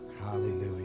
Hallelujah